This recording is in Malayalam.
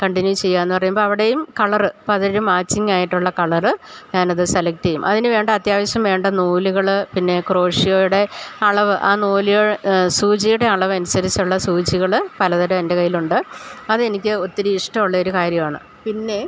കണ്ടിന്യൂ ചെയ്യാന്ന് പറയുമ്പോൾ അവിടെയും കളറ് പ്പതൊരു മാച്ചിങ്ങായിട്ടുള്ള കളറ് ഞാൻ അത് സെലക്റ്റ് ചെയ്യും അതിന് വേണ്ട അത്യാവശ്യം വേണ്ട നൂലുകൾ പിന്നെ ക്രോഷിയോയുടെ അളവ് ആ നൂലിയോ സൂചിയുടെ അളവനുസരിച്ചുള്ള സൂചികൾ പലതരം എൻ്റെ കയ്യിലുണ്ട് അതെനിക്ക് ഒത്തിരി ഇഷ്ടം ഉള്ള ഒരു കാര്യമാണ് പിന്നെ